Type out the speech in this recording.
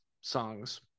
songs